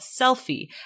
Selfie